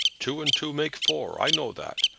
two and two make four. i know that.